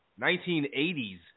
1980s